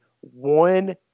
one